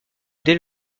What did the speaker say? dès